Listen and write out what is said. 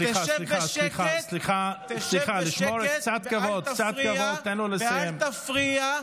תשב בשקט ואל תפריע, אל תפריע.